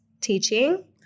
teaching